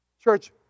Church